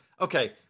Okay